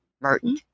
Merton